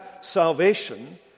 salvation